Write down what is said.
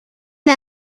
der